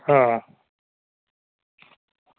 हां